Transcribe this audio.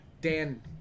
Dan